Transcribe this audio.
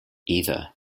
either